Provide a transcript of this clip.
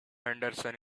henderson